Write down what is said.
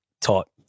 taught